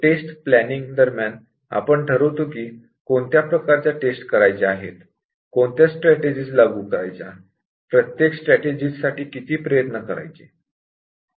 taste planning दरम्यान आपण ठरवितो की कोणत्या प्रकारच्या टेस्ट्स करायच्या आहेत कोणत्या स्ट्रॅटेजिज लागू करायच्या प्रत्येक स्ट्रॅटेजिज साठी किती प्रयत्न करायचे